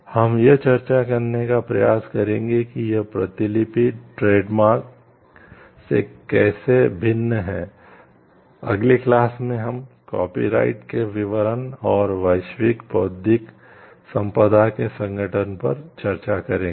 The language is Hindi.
हम यह चर्चा करने का प्रयास करेंगे कि यह प्रतिलिपि ट्रेडमार्क के विवरण और वैश्विक बौद्धिक संपदा के संगठन पर चर्चा करेंगे